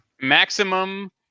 Maximum